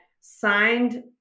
signed